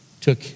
took